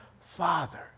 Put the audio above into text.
father